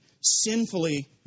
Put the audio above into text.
sinfully